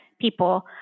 people